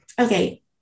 okay